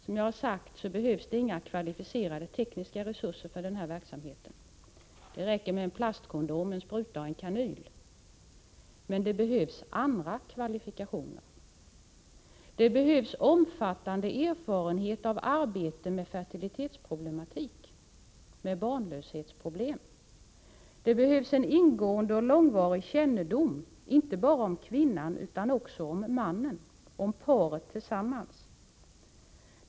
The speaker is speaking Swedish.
Som jag sagt behövs det inga kvalificerade tekniska resurser för denna verksamhet — det räcker med en plastkondom, en spruta och en kanyl — men det behövs andra kvalifikationer. Det behövs omfattande erfarenhet av arbete med fertilitetsproblematik, med barnlöshetsproblem. Det behövs en ingående och långvarig kännedom inte bara om kvinnan utan också om mannen, om paret tillsammans.